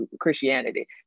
Christianity